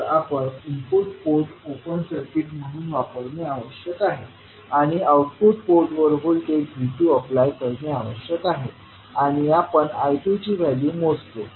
तर आपण input port open circuit म्हणून वापरणे आवश्यक आहे आणि आउटपुट पोर्टवर व्होल्टेज V2अप्लाय करणे आवश्यक आहे आणि आपण I2ची व्हॅल्यू मोजतो